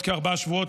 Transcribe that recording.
בעוד כארבעה שבועות,